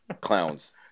Clowns